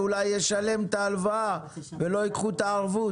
אולי ישלם את ההלוואה ולא ייקחו את הערבות.